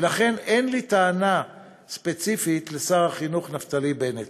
לכן אין לי טענה ספציפית לשר החינוך נפתלי בנט,